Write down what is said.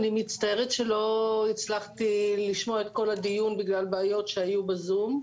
אני מצטערת שלא הצלחתי לשמוע את כל הדיון בגלל בעיות שהיו בזום.